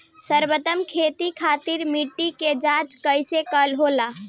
सर्वोत्तम खेती खातिर मिट्टी के जाँच कइसे होला?